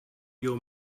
your